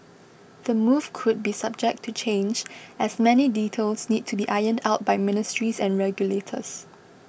the move could be subject to change as many details need to be ironed out by ministries and regulators